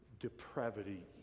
depravity